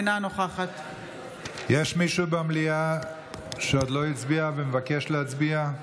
אינה נוכחת יש מישהו במליאה שעוד לא הצביע ומבקש להצביע?